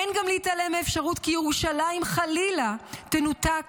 אין גם להתעלם מאפשרות כי ירושלים חלילה תנותק